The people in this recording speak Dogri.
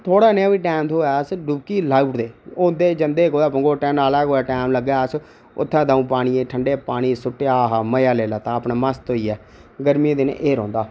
थोह्ड़ा नेहा बी टैम थ्होऐ अस डुबकी लाई ओड़दे दे औंदे जंदे नाले कुदै टैम लग्गै अस उत्थै द'ऊं पानी ठंड़े पानी आहा हा सुट्टेआ मजा लेई लैता अपनै मस्त होई ए गर्मी दे दिनें ए्ह् रौंह्दा